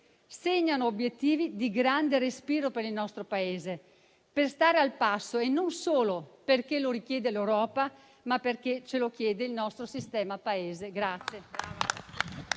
segnano però obiettivi di grande respiro per il nostro Paese per stare al passo e non solo perché lo richiede l'Europa, ma perché ce lo chiede il nostro sistema Paese.